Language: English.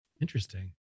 Interesting